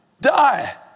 die